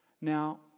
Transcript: Now